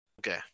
Okay